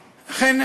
ובכן,